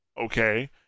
Okay